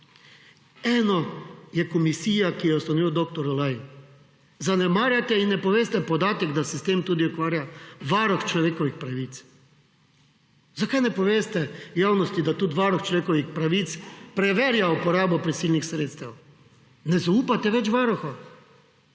Eno je komisija, ki jo je ustanovil dr. Olaj. Zanemarjate in ne poveste podatek, da se s tem tudi ukvarja Varuh človekovih pravic. Zakaj ne poveste javnosti, da tudi Varuh človekovih pravic preverja uporabo prisilnih sredstev. Ne zaupate več Varuhu?